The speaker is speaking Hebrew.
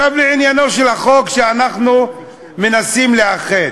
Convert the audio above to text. עכשיו, לעניינו של החוק, שאנחנו מנסים לאחד.